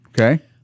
Okay